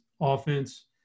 offense